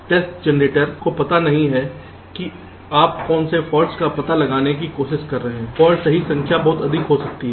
test generator को पता नहीं है कि आप कौन से फॉल्ट्स का पता लगाने की कोशिश कर रहे हैं फॉल्ट्स की सही संख्या बहुत अधिक हो सकती है